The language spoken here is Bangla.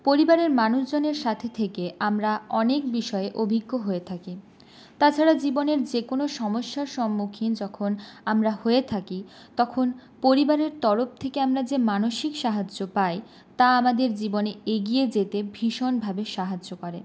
পরিবারের মানুষজনের সাথে থেকে আমরা অনেক বিষয়ে অভিজ্ঞ হয়ে থাকি তাছাড়া জীবনের যে কোনো সমস্যার সম্মুখীন যখন আমরা হয়ে থাকি তখন পরিবারের তরফ থেকে আমরা যে মানসিক সাহায্য পাই তা আমাদের জীবনে এগিয়ে যেতে ভীষণভাবে সাহায্য করে